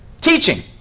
Teaching